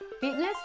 fitness